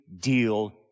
deal